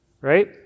right